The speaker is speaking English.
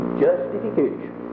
justification